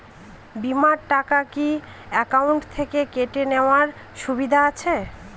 বিমার টাকা কি অ্যাকাউন্ট থেকে কেটে নেওয়ার সুবিধা আছে?